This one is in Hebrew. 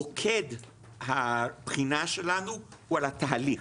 מוקד הבחינה שלנו הוא על התהליך.